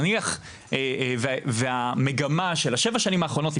נניח והמגמה של השבע שנים האחרונות,